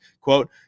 quote